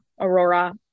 Aurora